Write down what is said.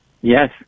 Yes